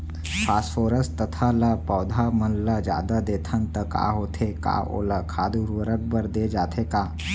Phosphorus तथा ल पौधा मन ल जादा देथन त का होथे हे, का ओला खाद उर्वरक बर दे जाथे का?